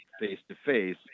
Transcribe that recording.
face-to-face